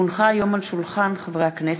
כי הונחו היום על שולחן הכנסת,